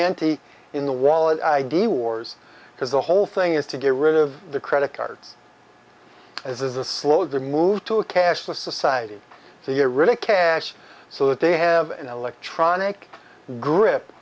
ante in the wallet id wars because the whole thing is to get rid of the credit cards as a slow their move to a cashless society to get rid of cash so that they have an electronic grip